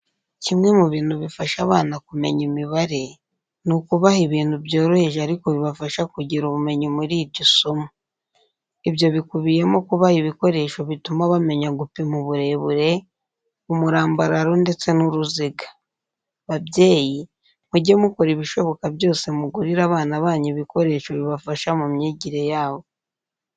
Kimwe mu bintu bifasha abana kumenya imibare, ni ukubaha ibintu byoroheje ariko bibafasha kugira ubumenyi muri iryo somo. Ibyo bikubiyemo kubaha ibikoresho bituma bamenya gupima uburebure, umurambararo ndetse n'uruziga. Babyebyi, mujye mukora ibishoboka byose mugurire abana banyu ibikoresho bibafasha mu myigire yabo.